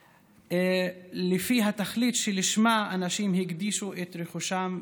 לפי התכלית שלשמה אנשים הקדישו את רכושם,